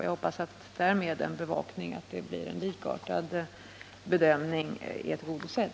Jag hoppas att önskemålet om en bevakning av att det blir likartad bedömning därmed är tillgodosett.